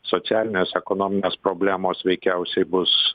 socialinės ekonominės problemos veikiausiai bus